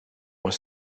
was